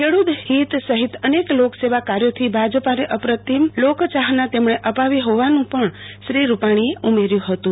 ખેડૂત હિત સહિત અનેક લોક સેવા કાર્યોથી ભાજપાને અપ્રતિમ લોકચાહના તેમણે અપાવી હોવાનું પણ શ્રી રૂપાણી એ ઉમેર્યું હતું